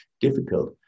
difficult